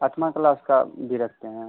अठवाँ class का भी रखते हैं